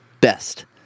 best